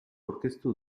aurkeztu